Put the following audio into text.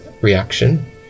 reaction